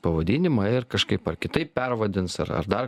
pavadinimą ir kažkaip ar kitaip pervadins ar ar dar